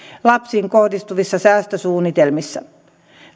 lapsiin kohdistuvissa säästösuunnitelmissa